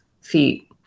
feet